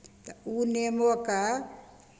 तऽ ओ नेमोके